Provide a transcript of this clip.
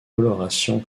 coloration